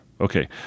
okay